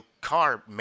car